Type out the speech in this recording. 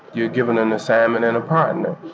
you're given an assignment and a partner.